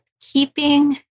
keeping